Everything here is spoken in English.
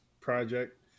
project